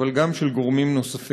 אבל גם של גורמים נוספים.